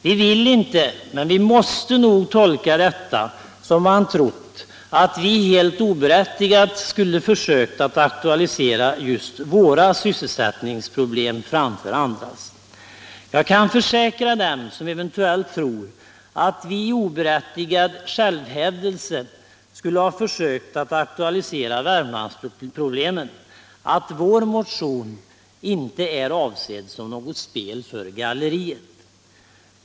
Vi vill inte men vi måste nog tolka detta som om man trott att vi helt oberättigat skulle ha försökt aktualisera just våra sysselsättningsproblem framför andras. Jag kan försäkra dem som eventuellt tror att vi i oberättigad självhävdelse skulle ha försökt att aktualisera värmlandsproblemen att vår motion inte är avsedd som något spel för galleriet.